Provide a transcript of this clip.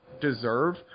deserve